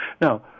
now